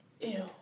ew